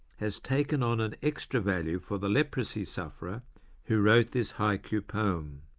has taken on an extra value for the leprosy sufferer who wrote this haiku poem